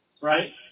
right